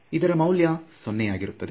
ಇದರ ಮೌಲ್ಯ ಸೊನ್ನೆ ಯಾಗುತ್ತದೆ